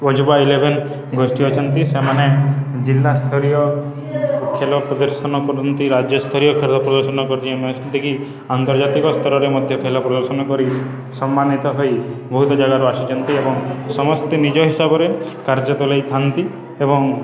Ajooba eleven ଗୋଷ୍ଠୀ ଅଛନ୍ତି ସେମାନେ ଜିଲ୍ଲା ସ୍ଥରୀୟ ଖେଲ ପ୍ରଦର୍ଶନ କରନ୍ତି ରାଜ୍ୟସ୍ତରୀୟ ଖେଳ ପ୍ରଦର୍ଶନ କରନ୍ତି ଯେମିତିକି ଆନ୍ତର୍ଜାତିକ ସ୍ତରରେ ମଧ୍ୟ ଖେଲ ପ୍ରଦର୍ଶନ କରି ସମ୍ମାନିତ ହୋଇ ବହୁତ ଜାଗାରୁ ଆସିଚନ୍ତି ଏବଂ ସମସ୍ତେ ନିଜ ହିସାବରେ କାର୍ଯ୍ୟ ତୁଲେଇଥାନ୍ତି ଏବଂ